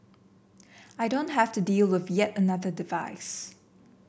I don't have to deal with yet another device